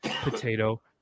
potato